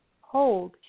hold